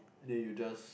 then you just